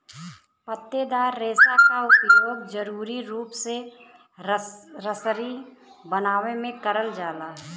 पत्तेदार रेसा क उपयोग जरुरी रूप से रसरी बनावे में करल जाला